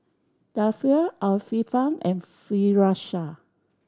Dhia Alfian and Firash